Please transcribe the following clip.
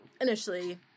initially